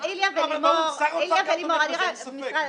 אין ספק,